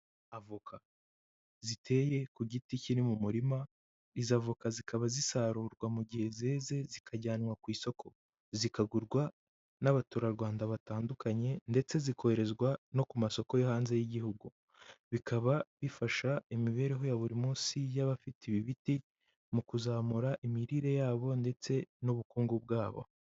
Avoka, ziteye ku giti kiri mu murima, izi avoka zikaba zisarurwa mu gihe zeze zikajyanwa ku isoko, zikagurwa n'abaturarwanda batandukanye ndetse zikoherezwa no ku masoko yo hanze y'igihugu. Bikaba bifasha imibereho ya buri munsi y'abafite ibi biti, mu kuzamura imirire yabo ndetse n'ubukungu bwabo.